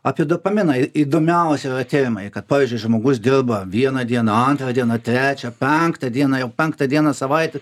apie dopaminą įdomiausi yra tyrimai kad pavyzdžiui žmogus dirba vieną dieną antrą dieną trečią penktą dieną jau penktą dieną savaitę